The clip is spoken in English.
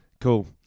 Cool